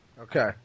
Okay